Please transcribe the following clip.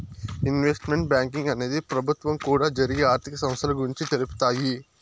investment banking అనేది ప్రభుత్వం కూడా జరిగే ఆర్థిక సంస్థల గురించి తెలుపుతాయి